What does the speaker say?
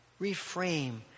reframe